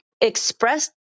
express